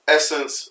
Essence